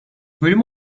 bölüm